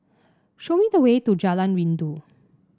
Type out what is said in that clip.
show me the way to Jalan Rindu